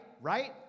right